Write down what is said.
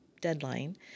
deadline